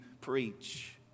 preach